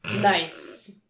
Nice